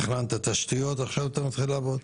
תכננת תשתיות ועכשיו אתה מתחיל לעבוד.